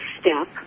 step